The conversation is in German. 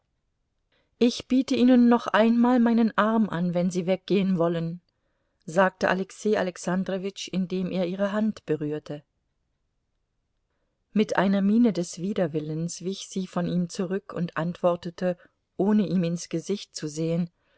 ich biete ihnen noch einmal meinen arm an wenn sie weggehen wollen sagte alexei alexandrowitsch indem er ihre hand berührte mit einer miene des widerwillens wich sie von ihm zurück und antwortete ohne ihm ins gesicht zu sehen